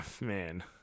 man